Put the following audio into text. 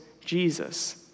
Jesus